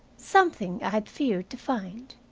something i had feared to find.